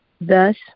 thus